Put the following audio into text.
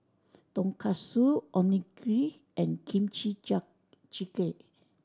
Tonkatsu Onigiri and Kimchi Jjigae